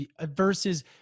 versus